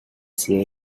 see